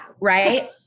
Right